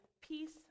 peace